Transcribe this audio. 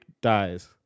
dies